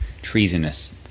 treasonous